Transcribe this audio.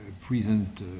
present